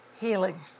healing